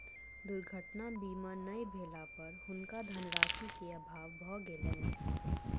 दुर्घटना बीमा नै भेला पर हुनका धनराशि के अभाव भ गेलैन